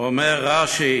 אומר רש"י